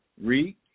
Read